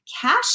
Cash